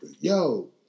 yo